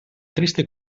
triste